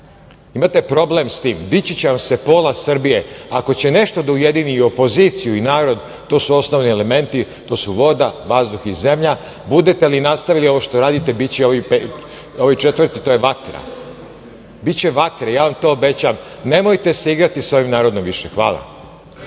Imate problem s tim. Dići će vam se pola Srbije. Ako će nešto da ujedini opoziciju i narod, to su osnovni elementi - voda, vazduh i zemlja. Budete li nastavili ovo što radite, biće i ovaj četvrti, a to je vatra. Biće vatre, ja vam to obećavam. Nemojte se igrati sa ovim narodom više. Hvala.